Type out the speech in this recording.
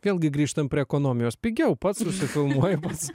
vėlgi grįžtam prie ekonomijos pigiau pats nusifilmuoji pats